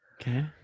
Okay